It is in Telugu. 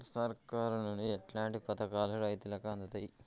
సర్కారు నుండి ఎట్లాంటి పథకాలు రైతులకి అందుతయ్?